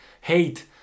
hate